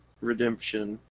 Redemption